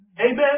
Amen